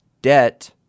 Debt